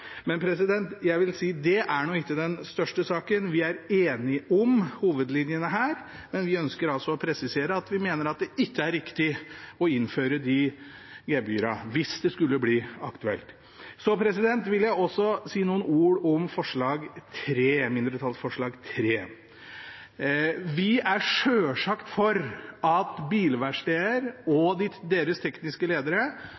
jeg vil si at det er ikke den største saken. Vi er enige om hovedlinjene her, men vi ønsker altså å presisere at vi mener at det ikke er riktig å innføre de gebyrene, hvis det skulle bli aktuelt. Jeg vil også si noen ord om mindretallsforslag nr. 3. Vi er selvsagt for at bilverksteder